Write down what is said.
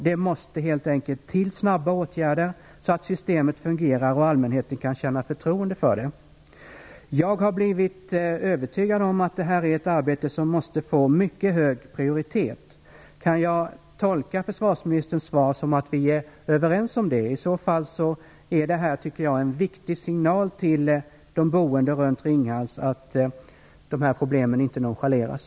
Det måste helt enkelt till snabba åtgärder så att systemet fungerar och allmänheten kan känna förtroende för det. Jag har blivit övertygad om att det är ett arbete som måste få mycket hög prioritet. Kan jag tolka försvarsministerns svar som att vi är överens om det? I så fall tycker jag att det är en viktig signal till de boende runt Ringhals om att problemen inte nonchaleras.